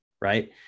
right